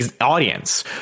audience